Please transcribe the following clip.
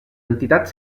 entitat